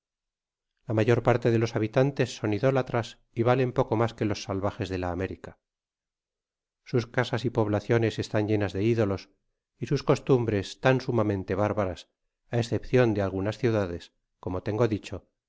la mayor parte de los habitantes son idólatras y valen poco mas que los salvajes de la américa sus casa y poblaciones están llenas de idolos y sus costumbres tan sumamente bárbaras á eseepcion da algunas ciudades como tengo dicho